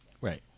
Right